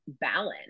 balance